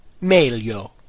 Meglio